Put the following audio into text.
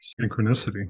Synchronicity